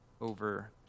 over